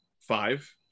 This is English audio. five